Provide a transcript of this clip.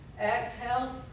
Exhale